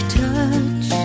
touch